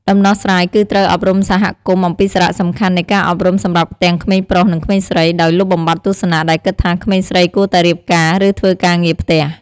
ដំណោះស្រាយគឺត្រូវ អប់រំសហគមន៍អំពីសារៈសំខាន់នៃការអប់រំសម្រាប់ទាំងក្មេងប្រុស និងក្មេងស្រី ដោយលុបបំបាត់ទស្សនៈដែលគិតថាក្មេងស្រីគួរតែរៀបការ ឬធ្វើការងារផ្ទះ។